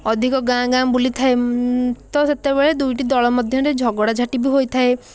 ଅଧିକ ଗାଁ ଗାଁ ବୁଲିଥାଏ ତ ସେତେବେଳେ ଦୁଇଟି ଦଳ ମଧ୍ୟରେ ଝଗଡା ଝାଟି ବି ହୋଇଥାଏ